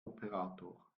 operator